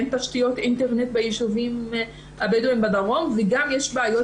אין תשתיות אינטרנט בישובים הבדואים בדרום וגם יש בעיות